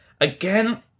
again